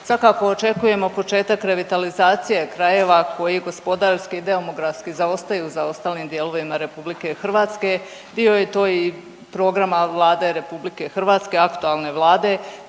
Svakako očekujemo početak revitalizacije krajeva koji gospodarski i demografski zaostaju za ostalim dijelovima RH, dio je to i programa Vlada RH, aktualne Vlade